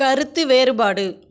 கருத்து வேறுபாடு